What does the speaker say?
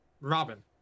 Robin